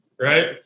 right